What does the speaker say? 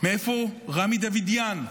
רמי דוידיאן?